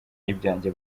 ibyanjye